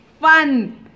fun